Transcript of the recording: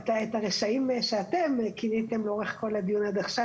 את הרשעים שאתם כיניתם לאורך כל הדיון עד עכשיו,